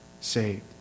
saved